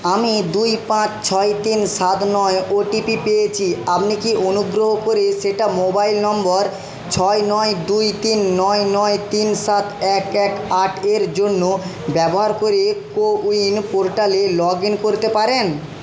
আমি দুই পাঁচ ছয় তিন সাত নয় ওটিপি পেয়েছি আপনি কি অনুগ্রহ করে সেটা মোবাইল নম্বর ছয় নয় দুই তিন নয় নয় তিন সাত এক এক আট এর জন্য ব্যবহার করে কোউইন পোর্টালে লগ ইন করতে পারেন